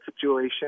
situation